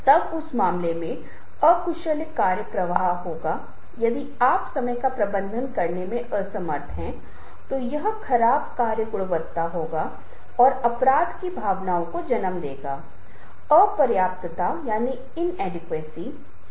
तो यहाँ कुछ प्रश्न हैं जिनकी शुरुआत आप तब करते हैं जब आप एक प्रस्तुति कर रहे होते हैं और मैं आपसे अनुरोध करूंगा कि जब भी आप प्रस्तुतियाँ दें तो आप इन पर ध्यान दें अपने श्रोताओं की सूची बनाये जो उन्हें आपके दर्शकों को एक साथ लाता है वह विषम या सजातीय है आपके पास समान प्रकार के लोग होते हैं तो यह बहुत आसान है